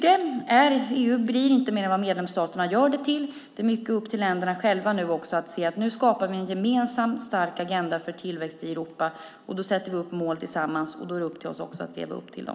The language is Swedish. EU blir inte mer än vad medlemsstaterna gör det till. Det är mycket upp till länderna själva nu att se att vi skapar en gemensam stark agenda för tillväxt i Europa. Då sätter vi upp mål tillsammans, och då är det upp till oss att leva upp till dem.